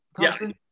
Thompson